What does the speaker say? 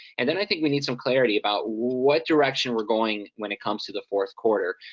and and i think we need some clarity about what direction we're going when it comes to the fourth quarter.